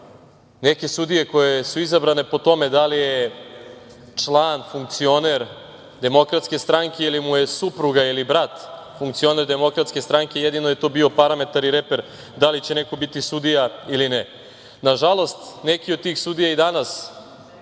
neke sudije koje su izabrane po tome da li je član, funkcioner DS ili mu je supruga ili brat funkcioner DS, jedino je to bio parametar i reper da li će neko biti sudija ili ne. Nažalost, neki od tih sudija i danas